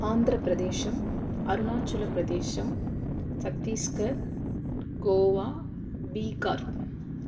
Andhra Pradesh Arunachal Pradesh Chhattisgarh Goa Bihar